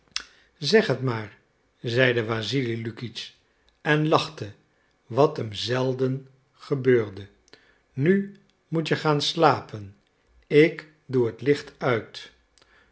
zeg het maar zeide wassili lukitsch en lachte wat hem zelden gebeurde nu moet je gaan slapen ik doe het licht uit